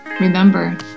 Remember